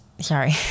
Sorry